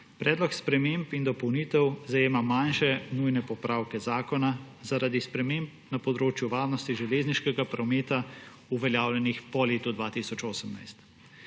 Predlog sprememb in dopolnitev zajema manjše nujne popravke zakona zaradi sprememb na področju varnosti železniškega prometa, uveljavljenih po letu 2018.